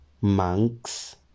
monks